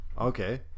okay